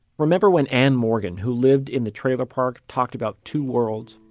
remember when anne morgan, who lived in the trailer park, talked about two worlds?